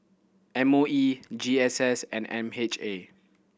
M O E G S S and M H A